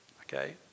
Okay